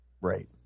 Right